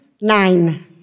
nine